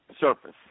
Surface